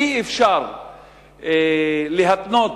אי-אפשר להתנות